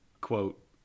Quote